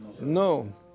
No